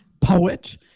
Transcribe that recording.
poet